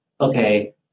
okay